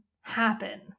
happen